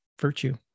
virtue